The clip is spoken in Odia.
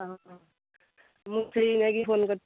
ହଁ ହଁ ମୁଁ ସେଇଲାଗି ଫୋନ୍ କରିଥିଲି